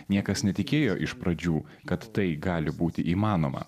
niekas netikėjo iš pradžių kad tai gali būti įmanoma